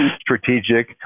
strategic